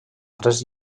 tres